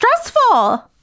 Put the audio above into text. stressful